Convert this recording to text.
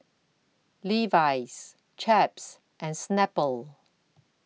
Levi's Chaps and Snapple